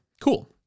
Cool